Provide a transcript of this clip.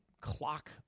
clock